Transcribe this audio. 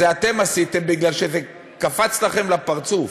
את זה אתם עשיתם מפני שזה קפץ לכם לפרצוף.